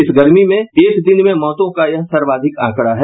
इस गर्मी में एक दिन में मौतों का यह सर्वाधिक आंकड़ा है